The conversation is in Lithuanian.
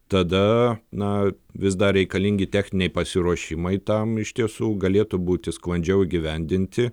tada na vis dar reikalingi techniniai pasiruošimai tam iš tiesų galėtų būti sklandžiau įgyvendinti